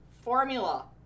formula